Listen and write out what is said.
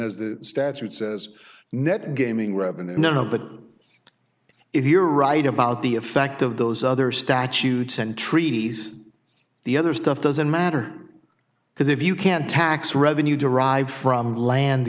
as the statute says net gaming revenue no but if you're right about the effect of those other statutes and treaties the other stuff doesn't matter because if you can't tax revenue derived from land